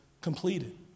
completed